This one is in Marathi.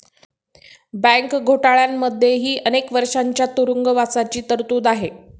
बँक घोटाळ्यांमध्येही अनेक वर्षांच्या तुरुंगवासाची तरतूद आहे